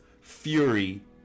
Fury